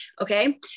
okay